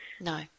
No